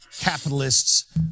capitalists